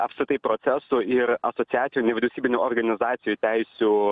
apskritai procesų ir asociacijų nevyriausybinių organizacijų teisių